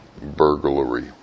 burglary